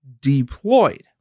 deployed